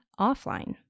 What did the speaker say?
offline